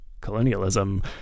colonialism